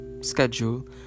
schedule